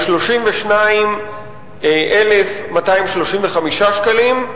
על 32,235 שקלים,